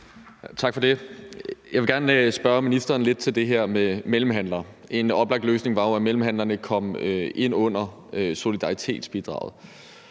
Tak for det. Jeg vil gerne spørge ministeren lidt til det her med mellemhandlere. En oplagt løsning var jo, at mellemhandlerne kom ind under solidaritetsbidraget,